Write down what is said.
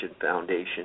Foundation